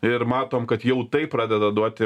ir matom kad jau tai pradeda duoti